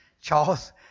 Charles